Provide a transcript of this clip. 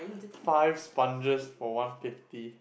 five sponges for one fifty